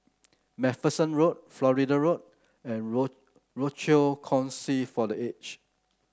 MacPherson Road Florida Road and Rochor Kongsi for The Aged